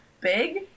big